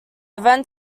event